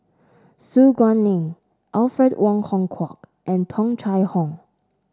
Su Guaning Alfred Wong Hong Kwok and Tung Chye Hong